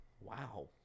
Wow